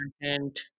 content